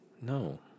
No